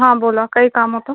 हा बोला काही काम होतं